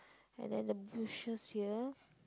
and then the bushes here